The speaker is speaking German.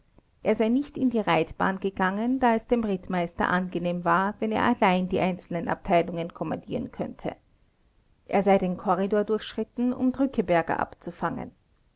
er sei nicht in die reitbahn gegangen da es dem rittmeister angenehm war wenn er allein die einzelnen abteilungen kommandieren könnte er sei den korridor durchschritten um drückeberger abzufangen